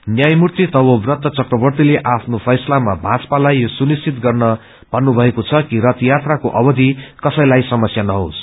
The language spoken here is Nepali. न्यायमूर्ति तवोव्रत चककवतीले आफ्नो फैसलाामा भाजपालाई यो सुनिश्वित गर्न मन्नुभएको छ कि रच यात्राको अवथि कसैलाई समस्या नहोस